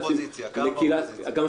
קר באופוזיציה, אני יודע, קר שם.